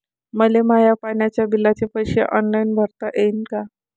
मले माया पाण्याच्या बिलाचे पैसे ऑनलाईन भरता येईन का?